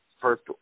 first